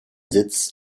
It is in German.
sitz